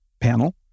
panel